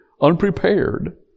unprepared